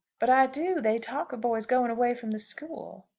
but i do. they talk of boys going away from the school.